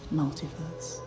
multiverse